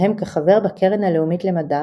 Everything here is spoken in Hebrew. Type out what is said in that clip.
בהם כחבר בקרן הלאומית למדע,